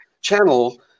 channel